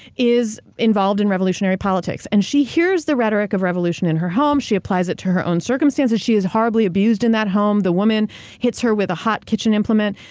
is involved in revolutionary politics. and she hears the rhetoric of revolution in her home. she applies it to her own circumstances. she is horribly abused in that home. the woman hits her with a hot kitchen implement.